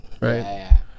right